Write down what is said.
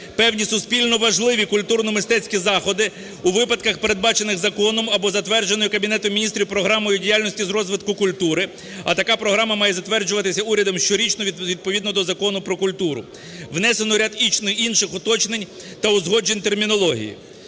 певні суспільно важливі культурно-мистецькі заходи у випадках, передбачених законом або затвердженою Кабінетом Міністрів Програмою діяльності з розвитку культури, а така програма має затверджуватися урядом щорічно відповідно до Закону "Про культуру". Внесено ряд інших уточнень та узгоджень термінології.